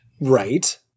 Right